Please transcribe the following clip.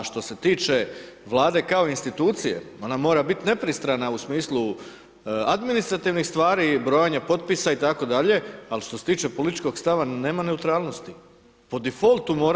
A što se tiče Vlade kao institucije, ona mora biti nepristrana u smislu administrativnih stvari, brojanja potpisa itd., ali što se tiče političkog stava, nema neutralnosti.